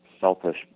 selfish